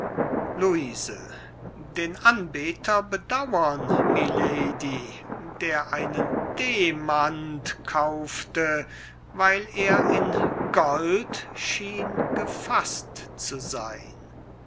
luise den anbeter bedauern milady der einen demant kaufte weil er in gold schien gefaßt zu sein